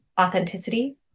authenticity